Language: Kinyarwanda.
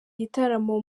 gitaramo